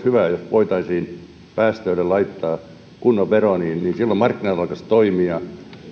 voitaisiin päästöille laittaa kunnon vero niin silloin markkinat alkaisivat toimia